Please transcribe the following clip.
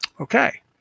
Okay